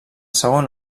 segon